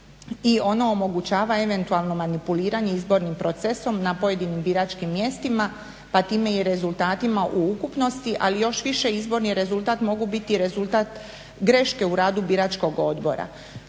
ono omogućava eventualno manipuliranje izbornim procesom na pojedinim biračkim mjestima pa time i rezultatima u ukupnosti, ali još više izborni rezultat mogu biti rezultat greške u radu biračkog odbora.